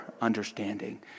understanding